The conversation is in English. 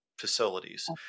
facilities